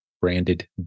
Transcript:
branded